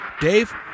dave